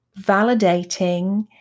validating